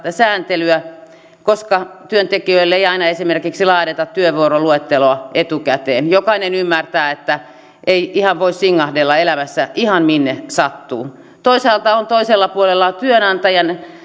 sääntelyä koska työntekijöille ei aina esimerkiksi laadita työvuoroluetteloa etukäteen jokainen ymmärtää että ei voi singahdella elämässä ihan minne sattuu toisaalta on toisella puolella työnantajan